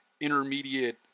intermediate